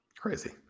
Crazy